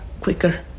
quicker